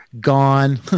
gone